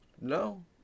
No